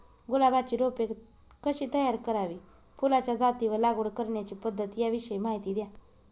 गुलाबाची रोपे कशी तयार करावी? फुलाच्या जाती व लागवड करण्याची पद्धत याविषयी माहिती द्या